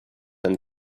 and